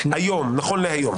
היום, נכון להיום.